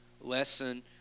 lesson